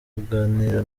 kuganira